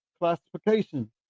classification